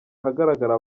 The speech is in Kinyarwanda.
ahagaragara